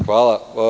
Hvala.